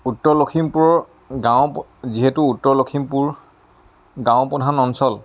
উত্তৰ লক্ষীমপুৰ গাঁও যিহেতু উত্তৰ লক্ষীমপুৰ গাঁওপ্ৰধান অঞ্চল